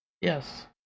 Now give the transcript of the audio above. Yes